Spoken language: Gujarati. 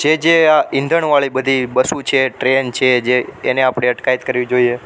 જે જે આ ઈંધણ વાળી બધી બસો છે ટ્રેન છે જે એને આપણે અટકાયત કરવી જોઈએ